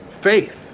faith